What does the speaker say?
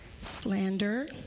slander